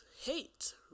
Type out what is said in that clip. hate